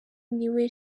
niwe